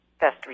best